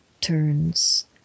turns